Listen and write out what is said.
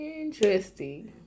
Interesting